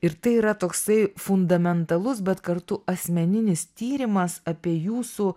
ir tai yra toksai fundamentalus bet kartu asmeninis tyrimas apie jūsų